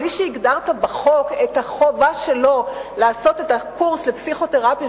בלי שהגדרת בחוק את החובה שלו לעשות את הקורס בפסיכותרפיה,